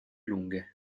lunghe